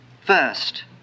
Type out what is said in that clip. First